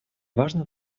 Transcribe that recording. важно